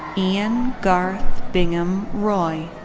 ian garth bingham roy.